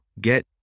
get